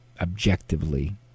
objectively